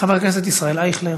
חבר הכנסת ישראל אייכלר,